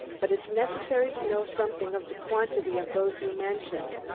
but it's necessary to know something of the quantity of those you mentioned.